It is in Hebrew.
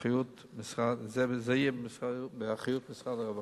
זה יהיה באחריות משרד הרווחה.